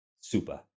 super